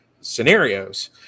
scenarios